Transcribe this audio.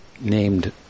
named